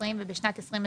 אז יש לך הבנה לקויה.